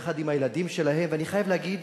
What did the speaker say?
יחד עם הילדים שלהן, ואני חייב להגיד